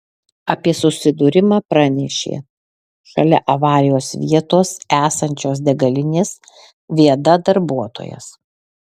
apie susidūrimą pranešė šalia avarijos vietos esančios degalinės viada darbuotojas